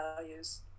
values